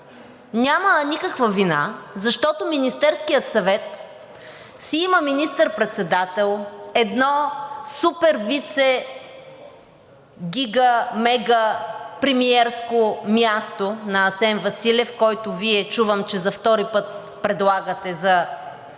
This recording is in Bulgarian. няма никаква вина, защото Министерският съвет си има министър-председател, едно супер вице-, гига-, мега- премиерско място на Асен Василев, когото Ви чувам, че за втори път предлагате за пореден